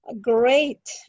Great